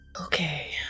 Okay